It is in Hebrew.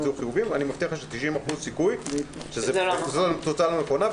אני מבטיח לך שיש סיכוי של 90% שהתוצאה לא נכונה,